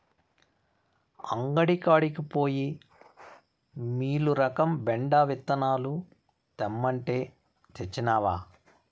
అంగడి కాడికి పోయి మీలురకం బెండ విత్తనాలు తెమ్మంటే, తెచ్చినవా